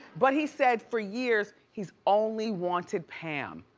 but he said for years, he's only wanted pam.